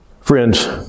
Friends